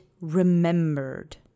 remembered